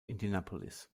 indianapolis